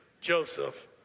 Joseph